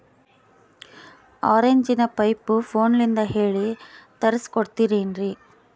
ಆರಿಂಚಿನ ಪೈಪು ಫೋನಲಿಂದ ಹೇಳಿ ತರ್ಸ ಕೊಡ್ತಿರೇನ್ರಿ?